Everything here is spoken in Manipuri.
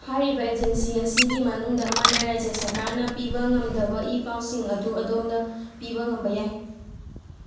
ꯍꯥꯏꯔꯤꯕ ꯑꯦꯖꯦꯟꯁꯤ ꯑꯁꯤꯒꯤ ꯃꯅꯨꯡꯗ ꯑꯃꯅ ꯔꯥꯖ꯭ꯌ ꯁꯔꯀꯥꯔꯅ ꯄꯤꯕ ꯉꯝꯗꯕ ꯏ ꯄꯥꯎꯁꯤꯡ ꯑꯗꯨ ꯑꯗꯣꯝꯗ ꯄꯤꯕ ꯉꯝꯕ ꯌꯥꯏ